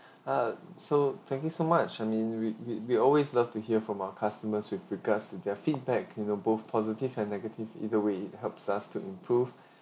uh so thank you so much I mean we we we always love to hear from our customers with regards to their feedback you know both positive and negative either way it helps us to improve